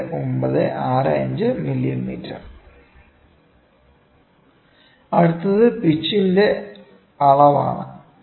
9965 mm അടുത്തത് പിച്ചിന്റെ അളവാണ്